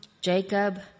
Jacob